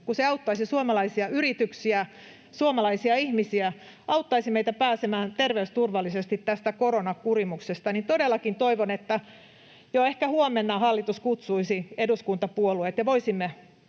kun se auttaisi suomalaisia yrityksiä, auttaisi suomalaisia ihmisiä, meitä, pääsemään terveysturvallisesti tästä koronakurimuksesta. Todellakin toivon, että — ehkä jo huomenna — hallitus kutsuisi eduskuntapuolueet ja voisimme